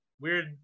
weird –